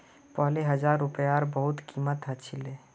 पहले हजार रूपयार बहुत कीमत ह छिले